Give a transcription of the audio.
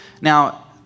Now